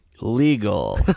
Legal